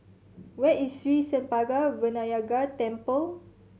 where is Sri Senpaga Vinayagar Temple